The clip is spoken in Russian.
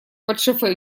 подшофе